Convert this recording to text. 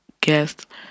guest